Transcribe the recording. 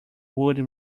would